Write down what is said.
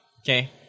Okay